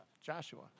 Joshua